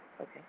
Okay